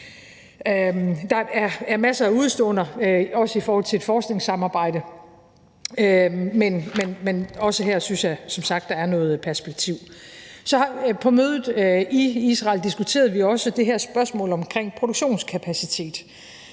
Der er masser af udeståender, også i forhold til et forskningssamarbejde, men også her synes jeg som sagt at der er noget perspektiv. På mødet i Israel diskuterede vi også det her spørgsmål omkring produktionskapacitet,